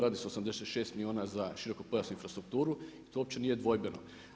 Radi se o 86 milijuna za širokopojasnu infrastrukturu, to uopće nije dvojbeno.